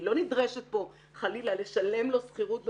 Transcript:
היא לא נדרשת פה, חלילה, לשלם לו שכירות בחזרה.